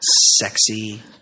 sexy